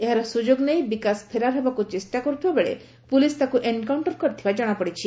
ଏହାର ସୁଯୋଗ ନେଇ ବିକାଶ ଫେରାର ହେବାକୁ ଚେଷ୍ଟା କରୁଥିବା ବେଳେ ପୋଲିସ୍ ତାକୁ ଏନ୍କାଉଣ୍ଟର କରିଥିବା ଜଣାପଡ଼ିଛି